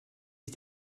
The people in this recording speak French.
est